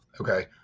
Okay